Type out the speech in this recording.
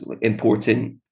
important